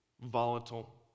volatile